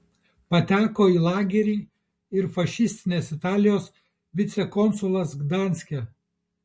pateko į lagerį ir fašistinės italijos vicekonsulas gdanske